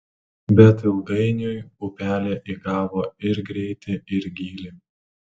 bet ilgainiui upelė įgavo ir greitį ir gylį